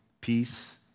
peace